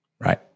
Right